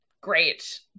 great